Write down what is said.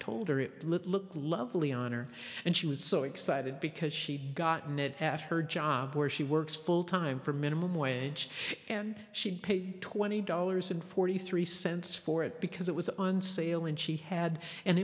it looked lovely on her and she was so excited because she'd gotten it at her job where she works full time for minimum wage and she'd pay twenty dollars and forty three cents for it because it was on sale and she had an